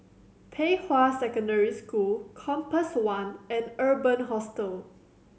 Pei Hwa Secondary School Compass One and Urban Hostel